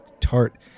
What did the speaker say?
tart